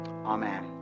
Amen